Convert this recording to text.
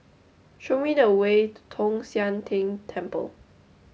show me the way to Tong Sian Tng Temple